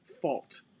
fault